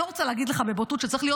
אני לא רוצה להגיד לך בבוטות שצריך להיות